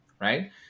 right